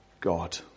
God